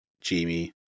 Jamie